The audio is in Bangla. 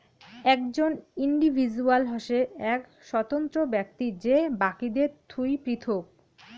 একজন ইন্ডিভিজুয়াল হসে এক স্বতন্ত্র ব্যক্তি যে বাকিদের থুই পৃথক